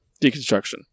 deconstruction